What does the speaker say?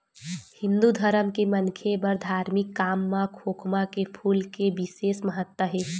हिंदू धरम के मनखे बर धारमिक काम म खोखमा के फूल के बिसेस महत्ता हे